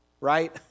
right